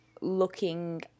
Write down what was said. looking